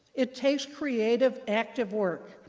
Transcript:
it takes creative, active work.